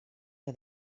que